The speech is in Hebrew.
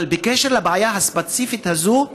אבל בקשר לבעיה הספציפית הזו,